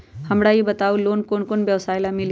हमरा ई बताऊ लोन कौन कौन व्यवसाय ला मिली?